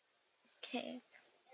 okay